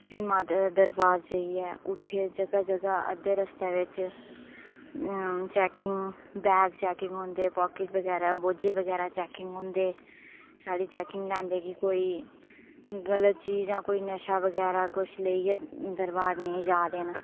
ते फ्ही माता दे दरबार जाइयै उत्थै जगह जगह अद्धे रस्ते बिच चैकिंग बगैरा बोझे बगैरा चैकिंग होंदे स्हाढ़ी चैकिंग लैंदे कि कोई गलत चीज जां कोई नशा बगैरा कुछ लेइये दरबार नेई जा देन